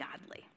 godly